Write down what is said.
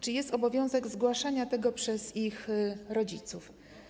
Czy jest obowiązek zgłaszania tego przez ich rodziców?